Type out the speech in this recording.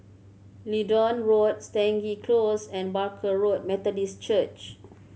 Leedon Road Stangee Close and Barker Road Methodist Church